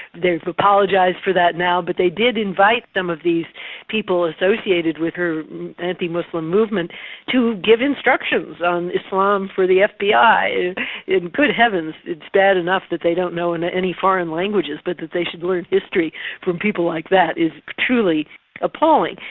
they've apologised for that now. but they did invite some of these people associated with her anti-muslim movement to give instructions on islam for the fbi. and good heavens it's bad enough that they don't know and any foreign languages but that they should learn history from people like that is truly appalling.